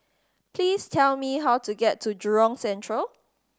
please tell me how to get to Jurong Central